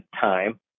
time